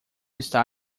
está